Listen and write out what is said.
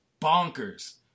bonkers